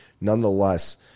nonetheless